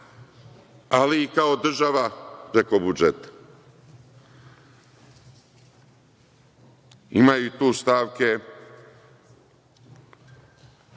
ali i kao država preko budžeta. Imaju tu stavke